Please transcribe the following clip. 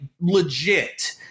legit